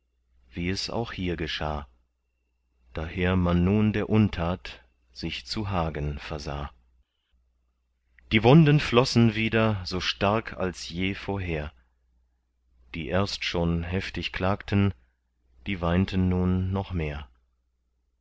wie es auch hier geschah daher man nun der untat sich zu hagen versah die wunden flossen wieder so stark als je vorher die erst schon heftig klagten die weinten nun noch mehr